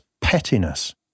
pettiness